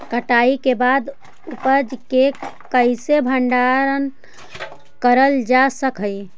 कटाई के बाद उपज के कईसे भंडारण करल जा सक हई?